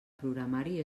programari